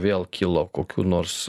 vėl kilo kokių nors